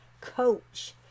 coach